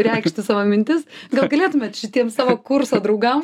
reikšti savo mintis gal galėtumėt šitiems savo kurso draugam